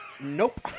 Nope